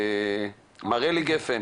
מר אלי גפן,